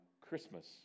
Christmas